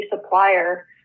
supplier